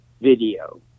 video